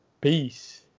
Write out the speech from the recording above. Peace